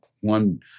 one